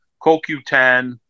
CoQ10